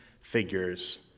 figures